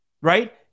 Right